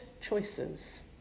choices